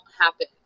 happen